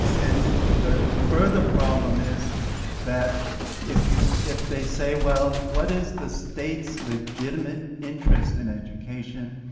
and the further problem is that if you know if they say well what is the state's legitimate interest in education,